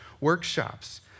workshops